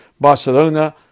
Barcelona